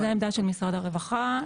זאת עמדת משרד הרווחה.